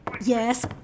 Yes